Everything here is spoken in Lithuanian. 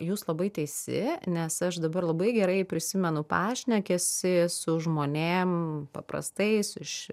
jūs labai teisi nes aš dabar labai gerai prisimenu pašnekesį su žmonėm paprastais iš